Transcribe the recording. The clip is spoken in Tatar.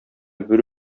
бер